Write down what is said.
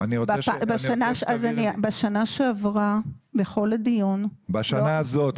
בשנה שעברה בכל הדיון --- בשנה הזאת,